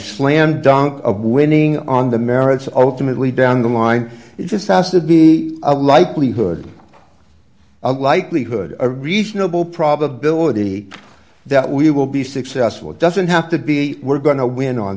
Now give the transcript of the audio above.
slam dunk of winning on the merits ultimately down the line it just has to be a likelihood of likelihood a reasonable probability that we will be successful it doesn't have to be we're going to win on